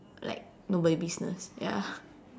like nobody's business ya